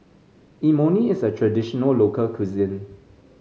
Imoni is a traditional local cuisine